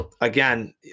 Again